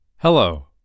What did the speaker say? Hello